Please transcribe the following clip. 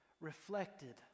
reflected